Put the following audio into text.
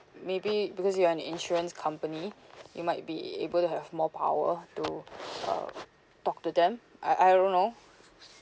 maybe because you are an insurance company you might be able to have more power to uh talk to them I I don't know